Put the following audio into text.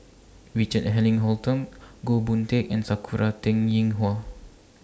Richard Eric Holttum Goh Boon Teck and Sakura Teng Ying Hua